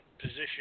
position